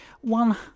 one